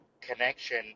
connection